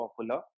popular